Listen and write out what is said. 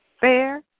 fair